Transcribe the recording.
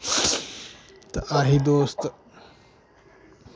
ते असीं दोस्त